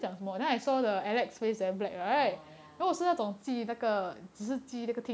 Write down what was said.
orh ya